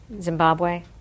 Zimbabwe